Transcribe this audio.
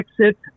Exit